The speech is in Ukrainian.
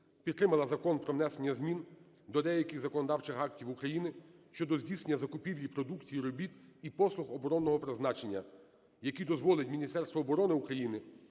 підтримала Закон про внесення змін до деяких законодавчих актів України щодо здійснення закупівлі продукції і робіт, і послуг оборонного призначення, які дозволить Міністерству оборони України